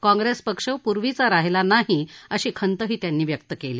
काँग्रेस पक्ष पूर्वीचा राहिला नाही अशी खंतही त्यांनी व्यक्त केली